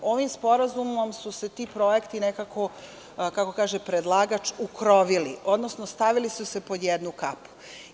Ovim sporazumom su se ti projekti nekako, kako kaže predlagač ukrovili, odnosno stavili su se pod jednu kapu.